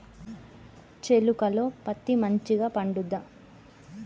చేలుక లో పత్తి మంచిగా పండుద్దా?